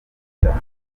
cyane